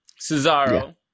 Cesaro